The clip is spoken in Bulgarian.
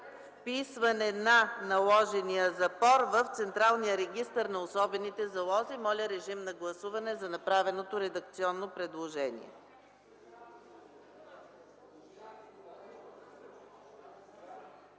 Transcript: вписване на наложения запор в Централния регистър на особените залози”. Моля, гласувайте направеното редакционно предложение.